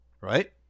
right